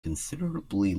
considerably